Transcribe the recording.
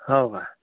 हो का